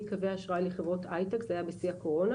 קווי אשראי מחברות הייטק זה היה בשיא הקורונה